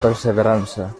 perseverança